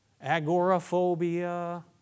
agoraphobia